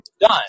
done